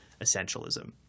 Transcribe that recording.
essentialism